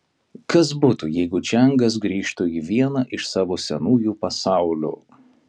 kas būtų jeigu čiangas grįžtų į vieną iš savo senųjų pasaulių